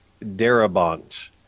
Darabont